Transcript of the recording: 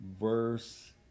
verse